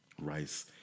rice